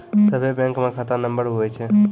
सभे बैंकमे खाता नम्बर हुवै छै